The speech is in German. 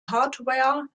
hardware